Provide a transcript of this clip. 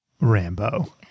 Rambo